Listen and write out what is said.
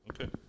Okay